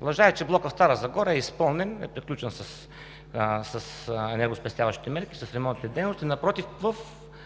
Лъжа е, че блокът в Стара Загора е изпълнен, приключен с енергоспестяващи мерки, с ремонтните дейности. Напротив, в